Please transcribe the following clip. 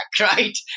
right